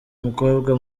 mukobwa